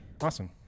awesome